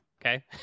Okay